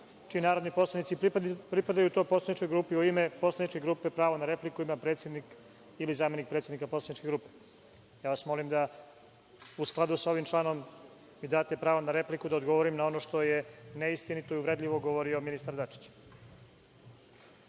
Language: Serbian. čiji narodni poslanici pripadaju toj poslaničkoj grupi, u ime poslaničke grupe pravo na repliku ima predsednik ili zamenik predsednika poslaničke grupe. Molim vas da, u skladu sa ovim članom, mi date pravo na repliku da odgovorim na ono što je neistinito i uvredljivo govorio ministar Dačić.